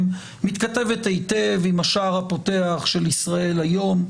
מתכתבת היטב עם השער הפותח של "ישראל היום",